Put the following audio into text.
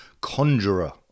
conjurer